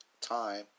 time